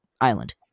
island